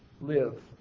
live